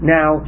Now